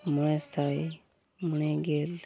ᱢᱚᱬᱮ ᱥᱟᱭ ᱢᱚᱬᱮ ᱜᱮᱞ